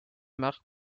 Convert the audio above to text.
marques